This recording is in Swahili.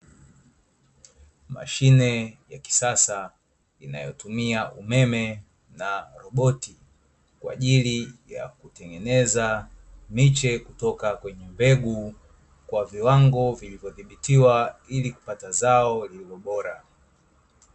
Mashine ya kisasa inayotumia umeme na roboti, kwa ajili ya kutengeneza miche kutoka kwenye mbegu kwa viwango vilivyodhibitiwa ili kupata zao lililo bora.